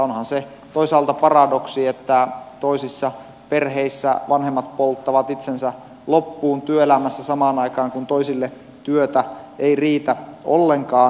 onhan se toisaalta paradoksi että toisissa perheissä vanhemmat polttavat itsensä loppuun työelämässä samaan aikaan kun toisille työtä ei riitä ollenkaan